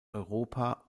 europa